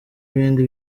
ibindi